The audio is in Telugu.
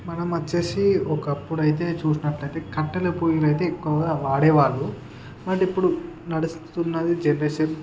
మనం వచ్చేసి ఒకప్పుడైతే చూసినట్లయితే కట్టెల పొయ్యిలైతే ఎక్కువగా వాడేవాళ్ళు బట్ ఇప్పుడు నడుస్తున్నది జనరేషన్